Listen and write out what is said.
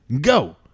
go